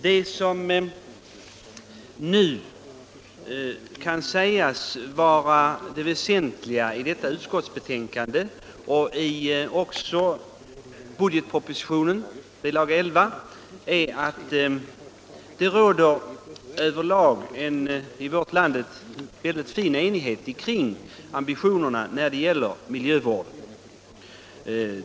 Det som nu kan sägas vara det väsentliga i samband med utskottsbetänkandet och budgetpropositionen, bilaga 11, är att det över lag i vårt land råder en stor enighet kring ambitionerna när det gäller miljövården.